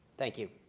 thank you.